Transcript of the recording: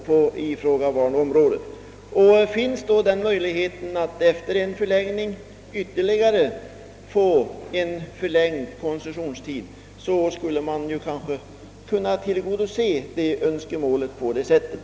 Jag vill ta fasta bl.a. på statsrådets löfte om möjligheten att efter en förlängning få en ytterligare förlängd koncessionstid. Därigenom skulle man kanske kunna tillgodose de önskemål jag berört.